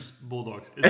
Bulldogs